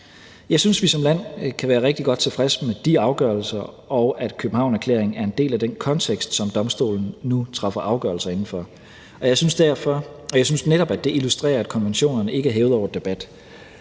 Jeg synes, vi som land kan være rigtig godt tilfredse med de afgørelser, og at Københavnerklæringen er en del af den kontekst, som domstolen nu træffer afgørelser inden for, og jeg synes netop, at det illustrerer, at konventionerne ikke er hævet over debat.